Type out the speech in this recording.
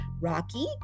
rocky